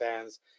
fans